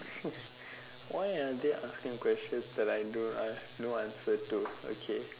why are they asking questions that I don't I have no answer to okay